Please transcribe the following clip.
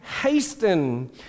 hasten